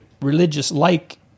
religious-like